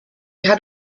had